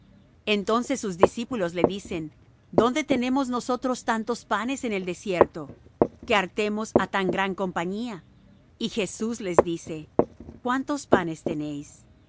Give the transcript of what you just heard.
entonces sus discípulos le dicen dónde tenemos nosotros tantos panes en el desierto que hartemos á tan gran compañía y jesús les dice cuántos panes tenéis